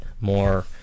more